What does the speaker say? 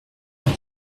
your